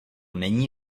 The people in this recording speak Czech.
není